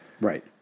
Right